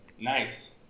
nice